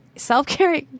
Self-care